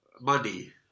money